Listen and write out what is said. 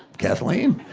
kathleen?